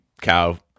cow